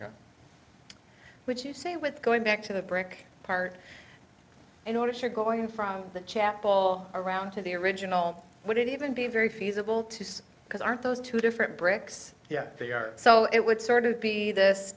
would you say with going back to the brick part in order to going from the chapel around to the original would it even be very feasible to say because aren't those two different bricks yes they are so it would sort of be this